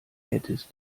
hättest